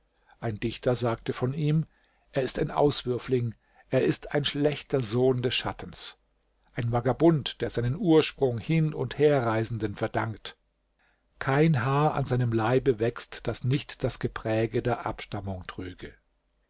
ein dichter sagt von ihm er ist ein auswürfling er ist ein schlechter sohn des schattens ein vagabund der seinen ursprung hin und herreisenden verdankt kein haar an seinem leibe wächst das nicht das gepräge der abstammung trüge